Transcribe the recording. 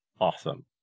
Awesome